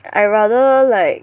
I'd rather like